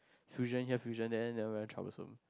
fusion here fusion there then very troublesome